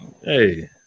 Hey